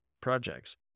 projects